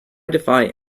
defy